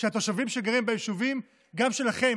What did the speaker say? של התושבים שגרים ביישובים וגם שלכם,